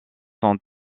sont